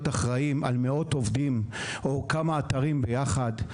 להיות אחראים על מאות עובדים או על כמה אתרים ביחד.